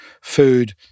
food